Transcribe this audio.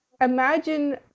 imagine